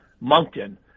Moncton